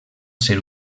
ser